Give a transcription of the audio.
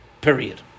Period